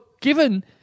Given